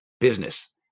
business